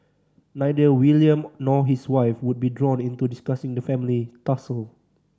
neither William nor his wife would be drawn into discussing the family tussle